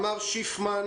מתי"א,